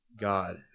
God